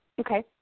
Okay